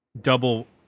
double